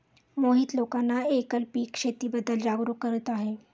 मोहित लोकांना एकल पीक शेतीबद्दल जागरूक करत आहे